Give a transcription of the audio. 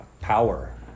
power